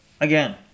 again